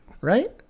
right